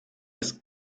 ist